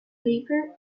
paper